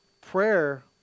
prayer